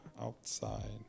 outside